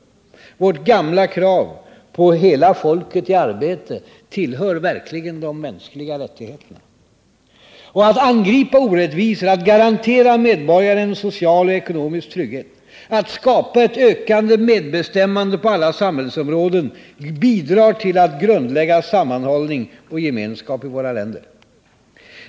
Vårt gamla krav på hela folket i arbete tillhör verkligen de mänskliga rättigheterna. Att angripa orättvisor, att garantera medborgarna en social och ekonomisk trygghet, att skapa ett ökande medbestämmande på alla samhällsområden bidrar till att grundlägga sammanhållning och gemenskap i våra länder.